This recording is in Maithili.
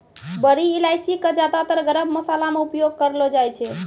बड़ी इलायची कॅ ज्यादातर गरम मशाला मॅ उपयोग करलो जाय छै